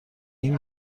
این